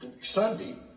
Sunday